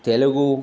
तेलुगुः